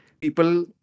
people